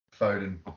Foden